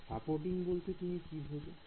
supporting বলতে তুমি কি বোঝো